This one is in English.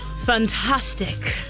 Fantastic